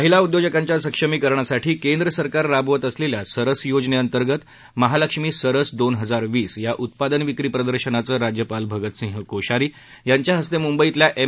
महिला उदयोजकांच्या सक्षमीकरणासाठी केंद्र सरकार राबवत असलेल्या सरस योजनेअंतर्गत महालक्ष्मी सरस दोन हजार वीस या उत्पादन विक्री प्रदर्शनाचं राज्यपाल भगतसिंह कोश्यारी यांच्या हस्ते मुंबईतल्या एम